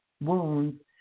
wounds